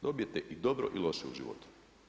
Dobijete i dobro i loše u životu.